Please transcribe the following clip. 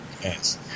Yes